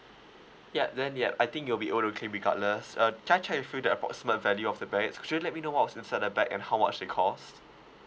ya then yup I think you'll be able to claim regardless uh can I check with you the approximate value of the bags could you let me know what was inside the bag and how much they cost